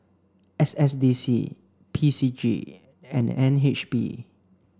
S S D C P C G and N H B